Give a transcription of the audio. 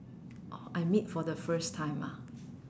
orh I meet for the first time ah